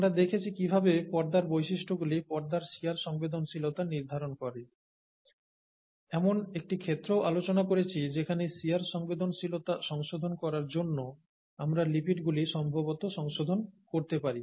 আমরা দেখেছি কীভাবে পর্দার বৈশিষ্ট্যগুলি পর্দার শিয়ার সংবেদনশীলতা নির্ধারণ করে এমন একটি ক্ষেত্রও আলোচনা করেছি যেখানে শিয়ার সংবেদনশীলতা সংশোধন করার জন্য আমরা লিপিডগুলি সম্ভবত সংশোধন করতে পারি